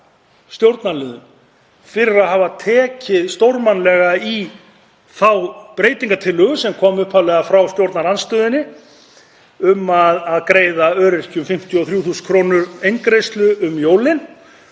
stjórnarliðum fyrir að hafa tekið stórmannlega í þá breytingartillögu sem kom upphaflega frá stjórnarandstöðunni um að greiða öryrkjum 53.000 kr. eingreiðslu um jólin.